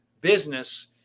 business